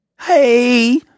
Hey